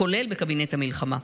כולל בקבינט המלחמה.